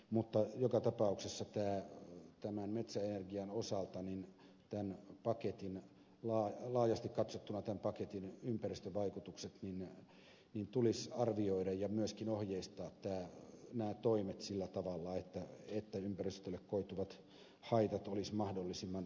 mutta joka tapauksessa metsäenergian osalta tämän paketin laajasti katsottuna ympäristövaikutukset tulisi arvioida ja myöskin ohjeistaa nämä toimet sillä tavalla että ympäristölle koituvat haitat olisivat mahdollisimman vähäiset